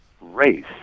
race